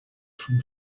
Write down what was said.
from